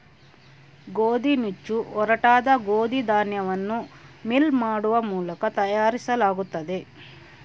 ಗೋದಿನುಚ್ಚು ಒರಟಾದ ಗೋದಿ ಧಾನ್ಯವನ್ನು ಮಿಲ್ ಮಾಡುವ ಮೂಲಕ ತಯಾರಿಸಲಾಗುತ್ತದೆ